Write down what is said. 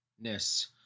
ness